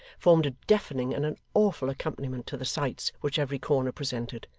formed a deafening and an awful accompaniment to the sights which every corner presented.